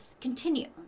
continue